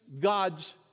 God's